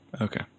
Okay